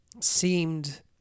seemed